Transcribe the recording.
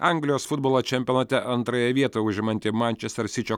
anglijos futbolo čempionate antrąją vietą užimanti mančester sičio